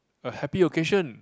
a happy occasion